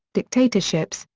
dictatorships,